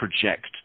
project